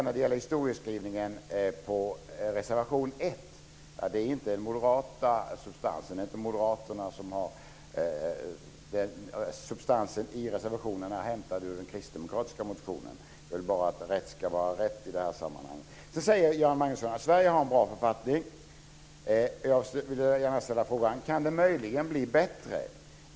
När det gäller historieskrivningen vill jag säga angående reservation 1 att den inte har en moderat substans, utan substansen i reservationen är hämtad ur den kristdemokratiska motionen. Jag vill bara att rätt ska vara rätt i det här sammanhanget. Sedan säger Göran Magnusson att Sverige har en bra författning. Jag vill gärna ställa frågan: Kan den möjligen bli bättre?